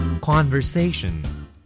Conversation